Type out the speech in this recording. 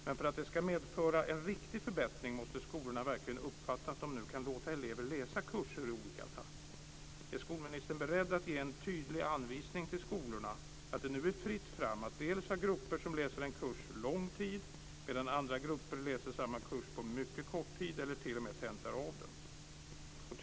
Men för att detta ska medföra en riktig förbättring måste skolorna verkligen uppfatta att de nu kan låta elever läsa kurser i olika takt. Är skolministern beredd att ge en tydlig anvisning till skolorna att det nu är fritt fram att ha grupper som läser en kurs under lång tid medan andra grupper läser samma kurs på mycket kort tid eller t.o.m. tenterar av den?